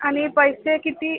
आणि पैसे किती